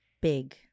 big